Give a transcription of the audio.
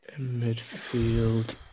Midfield